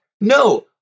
no